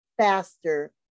faster